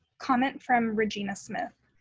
comment from regina smith.